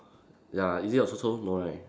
ya is it your chou chou no right